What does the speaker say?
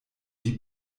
die